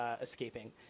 escaping